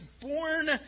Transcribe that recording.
Born